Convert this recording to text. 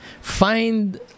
find